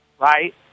Right